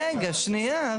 רגע, שנייה.